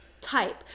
type